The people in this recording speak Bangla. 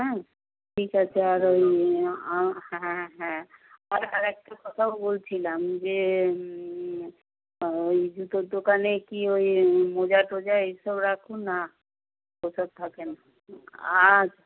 হুম ঠিক আছে আর ওই হ্যাঁ হ্যাঁ আর একটা কথাও বলছিলাম যে ওই জুতোর দোকানে কি ওই মোজা টোজা এই সব রাখো না এসব থাকে না আচ্ছা